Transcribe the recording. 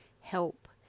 help